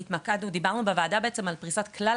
ודיברנו בוועדה בעצם על פריסת כלל